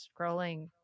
scrolling